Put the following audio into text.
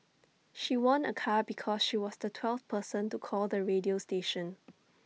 she won A car because she was the twelfth person to call the radio station